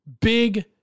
big